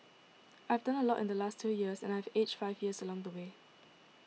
I have done a lot in the last two years and I have aged five years along the way